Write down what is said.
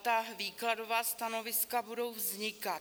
A výkladová stanoviska budou vznikat.